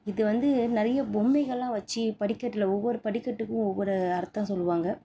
இது வந்து நிறைய பொம்மைகள்லாம் வெச்சு படிக்கட்டில் ஒவ்வொரு படிக்கட்டுக்கும் ஒவ்வொரு அர்த்தம் சொல்வாங்க